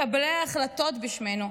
מקבלי ההחלטות בשמנו,